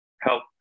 help